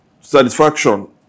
satisfaction